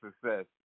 success